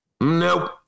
Nope